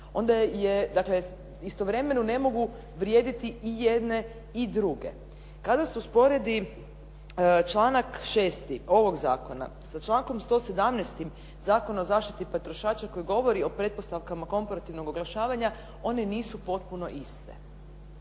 istovremeno ne mogu vrijediti i jedne i druge. Kada se usporedi članak 6. ovog zakona sa člankom 117. Zakona o zaštiti potrošača koji govori o pretpostavkama komparativnog oglašavanja, one nisu potpuno iste.